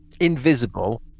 Invisible